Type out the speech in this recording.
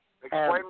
Explain